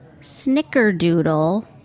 Snickerdoodle